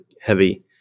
heavy